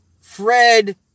Fred